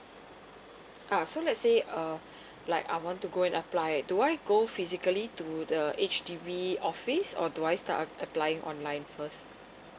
ah so let's say uh like I want to go and apply it do I go physically to the H_D_B office or do I start ap~ applying online first